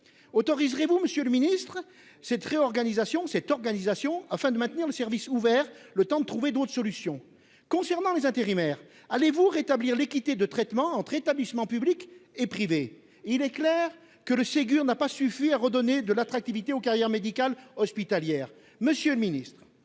Autoriserez-vous cette organisation, monsieur le ministre, afin de maintenir le service ouvert le temps de trouver d'autres solutions ? Concernant les intérimaires, allez-vous rétablir l'équité de traitement entre établissements publics et privés ? Il est clair que le Ségur n'a pas suffi à redonner de l'attractivité aux carrières médicales hospitalières ... Monsieur le ministre,